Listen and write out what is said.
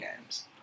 games